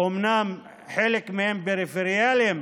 אומנם חלק מהם פריפריאליים,